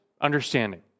understanding